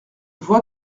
vois